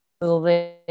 moving